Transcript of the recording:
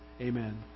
Amen